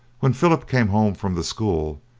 when philip came home from the school,